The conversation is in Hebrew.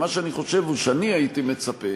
מה שאני חושב, שאני הייתי מצפה,